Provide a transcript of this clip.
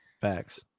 facts